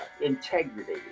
integrity